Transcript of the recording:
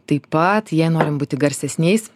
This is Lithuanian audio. taip pat jei norim būti garsesniais